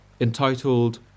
entitled